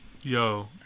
Yo